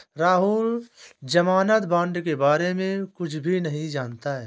राहुल ज़मानत बॉण्ड के बारे में कुछ भी नहीं जानता है